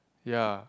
ya